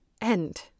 end